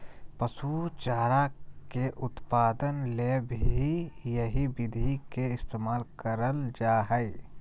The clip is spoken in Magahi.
पशु चारा के उत्पादन ले भी यही विधि के इस्तेमाल करल जा हई